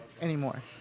anymore